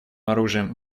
оружием